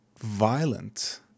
violent